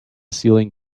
ceiling